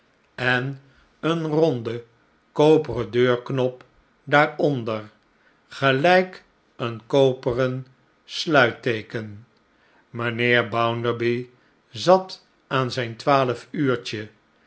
en een ronde koperen deurknop daaronder gelijk een koperen sluitteeken mynheer bounderby zat aan zijn